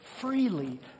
freely